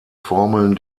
formeln